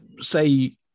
say